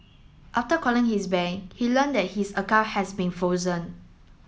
after calling his bank he learnt his account had been frozen